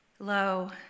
low